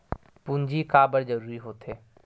पूंजी का बार जरूरी हो थे?